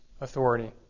authority